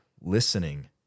listening